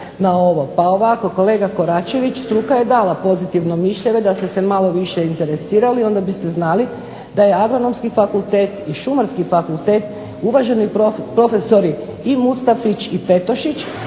na ovo. Pa ovako kolega Koračević, struka je dala pozitivno mišljenje. Da ste se malo više interesirali onda biste znali da je Agronomski fakultet i Šumarski fakultete uvaženi profesori i Mustapić i Petošić